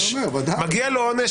מגיע לו עונש